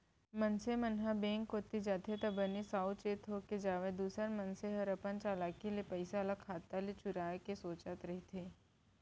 मनसे मन ह बेंक कोती जाथे त बने साउ चेत होके जावय दूसर मनसे हर अपन चलाकी ले पइसा ल खाता ले चुराय के सोचत रहिथे